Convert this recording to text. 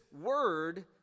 word